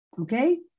Okay